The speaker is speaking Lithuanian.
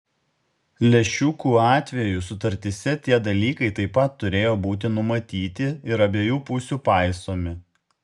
lęšiukų atveju sutartyse tie dalykai taip pat turėjo būti numatyti ir abiejų pusių paisomi